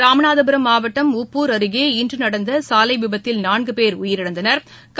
ராமநாதபுரம் மாவட்டம் உப்பூர் அருகே இன்று நடந்த சாலை விபத்தில் நான்கு போ் உயிரிழந்தனா்